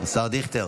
השר דיכטר.